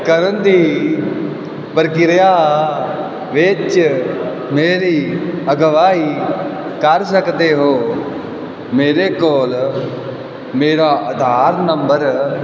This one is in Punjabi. ਕਰਨ ਦੀ ਪ੍ਰਕਿਰਿਆ ਵਿੱਚ ਮੇਰੀ ਅਗਵਾਈ ਕਰ ਸਕਦੇ ਹੋ ਮੇਰੇ ਕੋਲ ਮੇਰਾ ਆਧਾਰ ਨੰਬਰ